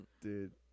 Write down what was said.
Dude